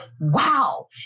wow